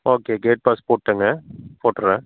okay gate pass போட்டேன்ங்க போட்டுடுறேன்